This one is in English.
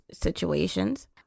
situations